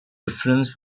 difference